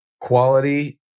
quality